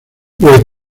los